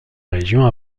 région